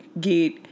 get